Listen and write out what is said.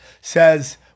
says